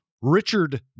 richard